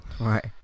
Right